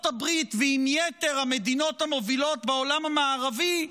הברית ועם יתר המדינות המובילות בעולם המערבי,